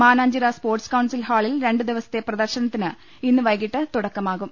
Mananchira sports council ഹാളിൽ രണ്ട് ദിവസത്തെ പ്രദർശന ത്തിന് ഇന്ന് വൈകീട്ട് തുടക്കമാകും